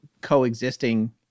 coexisting